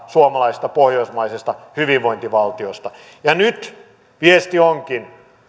suomalaisesta pohjoismaisesta hyvinvointivaltiosta nyt viesti onkin